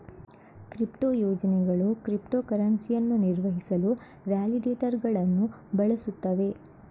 crypto ಯೋಜನೆಗಳು ಕ್ರಿಪ್ಟೋ ಕರೆನ್ಸಿಯನ್ನು ನಿರ್ವಹಿಸಲು ವ್ಯಾಲಿಡೇಟರುಗಳನ್ನು ಬಳಸುತ್ತವೆ